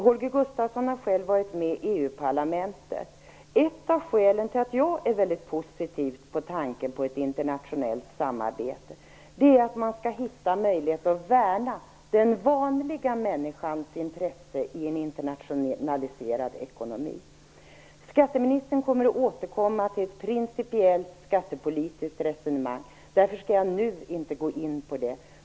Holger Gustafsson har ju själv varit med i Ett av skälen till att jag är väldigt positiv till tanken på ett internationellt samarbete är att man skall hitta möjligheter att värna den vanliga människans intresse i en internationaliserad ekonomi. Skatteministern kommer att återkomma till ett principiellt skattepolitiskt resonemang. Därför skall jag nu inte gå in på det.